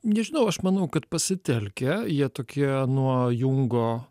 nežinau aš manau kad pasitelkia jie tokie nuo jungo